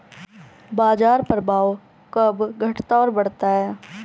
बाजार प्रभाव कब घटता और बढ़ता है?